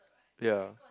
ya